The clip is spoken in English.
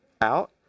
out